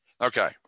okay